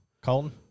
Colton